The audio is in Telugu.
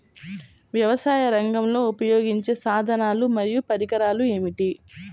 వ్యవసాయరంగంలో ఉపయోగించే సాధనాలు మరియు పరికరాలు ఏమిటీ?